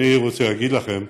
אני רוצה להגיד לכם